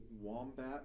Wombat